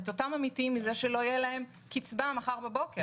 את אותם עמיתים מכך שלא תהיה להם קצבה מחר בבוקר.